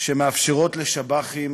שמאפשרות לשב"חים,